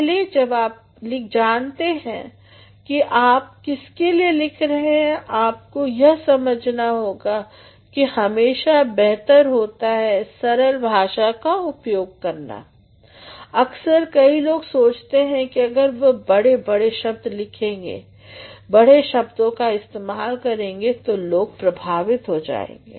पहले जब आप जानते हैं कि आप किसके लिए लिख रहे हैं आपको ये समझना होगा कि हमेशा बेहतर होता है सरल भाषा का उपयोग करना अक्सर कई लोग सोचते हैं कि अगर वह बड़े शब्द लिखेंगे बड़े शब्दों का इस्तेमाल करेंगे तो लोग प्रभावित हो जाएंगे